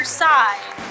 side